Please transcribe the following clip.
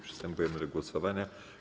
Przystępujemy do głosowania.